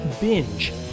Binge